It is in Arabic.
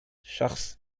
شخص